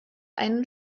einen